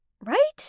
Right